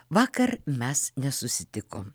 vakar mes nesusitikom